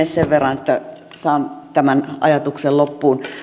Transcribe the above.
sen verran että saan tämän ajatuksen loppuun